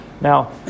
Now